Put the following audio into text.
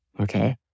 okay